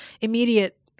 immediate